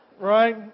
right